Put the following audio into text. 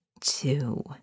two